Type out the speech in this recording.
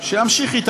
שימשיך אתה,